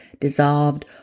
dissolved